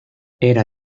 era